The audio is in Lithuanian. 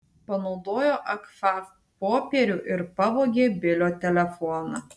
panaudojo agfa popierių ir pavogė bilio telefoną